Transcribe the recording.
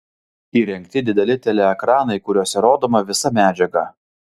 įrengti dideli teleekranai kuriuose rodoma visa medžiaga